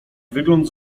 wygląd